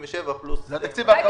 397 מיליארד שקל, זה התקציב האחרון